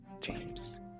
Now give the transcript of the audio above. James